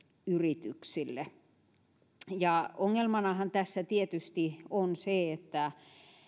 yrityksille ongelmanahan tässä tietysti on se että